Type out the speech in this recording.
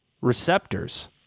receptors